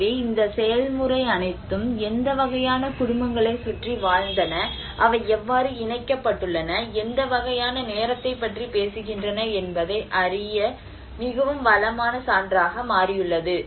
எனவே இந்த செயல்முறை அனைத்தும் எந்த வகையான குடும்பங்களைச் சுற்றி வாழ்ந்தன அவை எவ்வாறு இணைக்கப்பட்டுள்ளன எந்த வகையான நேரத்தைப் பற்றி பேசுகின்றன என்பதை அறிய மிகவும் வளமான சான்றாக மாறியுள்ளது